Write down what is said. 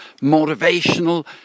motivational